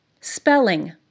Spelling